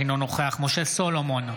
אינו נוכח משה סולומון,